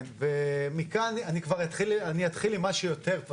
ומכאן כבר אתחיל עם מה שיותר פשוט.